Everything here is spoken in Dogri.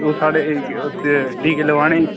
एह् साढ़े उत्त टीके लोआनै